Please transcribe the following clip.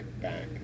back